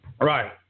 Right